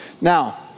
Now